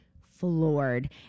floored